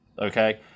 okay